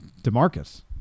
DeMarcus